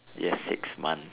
yes six month